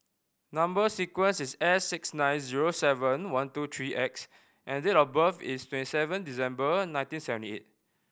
number sequence is S six nine zero seven one two three X and date of birth is twenty seven December and nineteen seventy eight